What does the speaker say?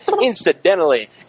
incidentally